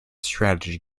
strategy